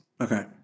Okay